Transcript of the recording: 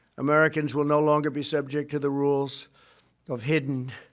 americans will no longer be subject to the rules of hidden